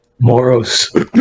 Moros